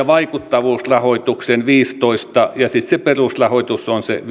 vaikuttavuusrahoituksen viisitoista prosenttia ja sitten se perusrahoitus on se